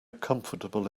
comfortable